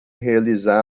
realizar